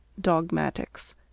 Dogmatics